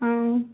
ओ